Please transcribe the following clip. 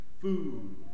food